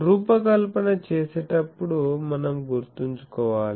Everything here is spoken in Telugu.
రూపకల్పన చేసేటప్పుడు మనం గుర్తుంచుకోవాలి